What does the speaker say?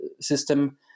system